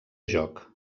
joc